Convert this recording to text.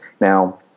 Now